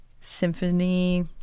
symphony